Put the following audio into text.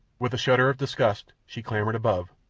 with a shudder of disgust she clambered above,